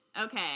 Okay